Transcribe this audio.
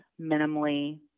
minimally